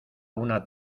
una